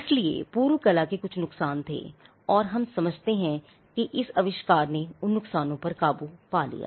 इसलिए पूर्व कला के कुछ नुकसान थे और हम समझ सकते हैं कि इस आविष्कार ने उन नुकसानों पर काबू पा लिया